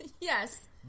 Yes